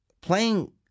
playing